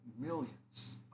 millions